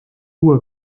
uue